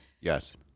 yes